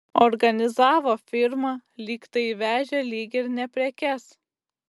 organizavo firmą lyg tai vežė lyg ir ne prekes